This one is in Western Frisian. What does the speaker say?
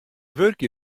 wurke